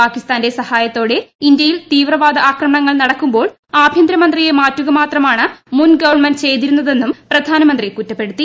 പാക്കിസ്ഥാന്റെ സഹായത്തോടെ ഇന്ത്യയിൽ തീവ്രവാദ ആക്രമണങ്ങൾ നടക്കുമ്പേ ആഭ്യന്തര മന്ത്രിയെ മാറ്റുക മാത്രമാണ് മുൻഗവൺമെന്റ് ചെയ്തിരിക്കുന്നതെന്നും പ്രധാനമന്ത്രിക്കുകുറ്റപ്പെടുത്തി